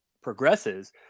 progresses